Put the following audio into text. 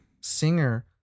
singer